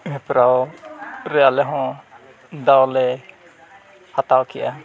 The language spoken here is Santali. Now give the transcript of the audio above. ᱦᱮᱯᱨᱟᱣ ᱨᱮ ᱟᱞᱮ ᱦᱚᱸ ᱫᱟᱣ ᱞᱮ ᱦᱟᱛᱟᱣ ᱠᱮᱫᱼᱟ